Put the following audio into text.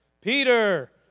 Peter